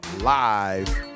live